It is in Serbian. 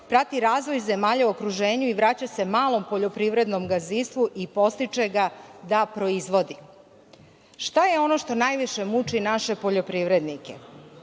prati razvoj zemalja u okruženju i vraća se malom poljoprivrednom gazdinstvu i podstiče ga da proizvodi. Šta je ono što najviše muči naše poljoprivrednike?